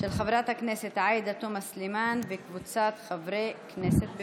של חברת הכנסת עאידה תומא סלימאן וקבוצת חברי הכנסת.